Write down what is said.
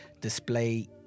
display